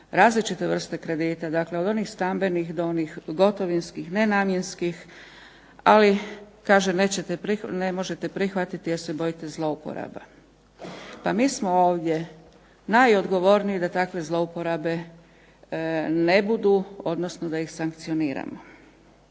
različite vrste kredita, dakle od onih stambenih do onih gotovinskih nenamjenskih ali kažem ne možete prihvatiti jer ste bojite zlouporaba. Pa mi smo ovdje najodgovorniji da takve zlouporabe ne budu odnosno da ih sankcioniramo.